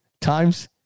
times